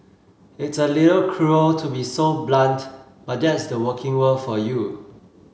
it's a little cruel to be so blunt but that's the working world for you